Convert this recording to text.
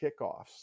kickoffs